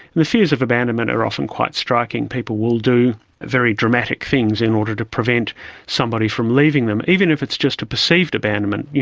the fears of abandonment or often quite striking. people will do very dramatic things in order to prevent somebody from leaving them, even if it's just a perceived abandonment. you